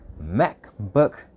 MacBook